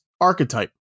archetype